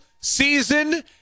season